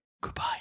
goodbye